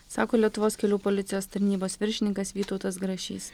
sako lietuvos kelių policijos tarnybos viršininkas vytautas grašys